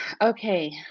okay